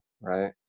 right